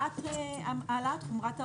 העלאת חומרת העונש.